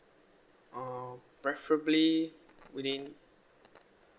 uh preferably within